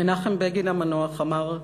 מנחם בגין המנוח אמר,